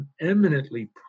eminently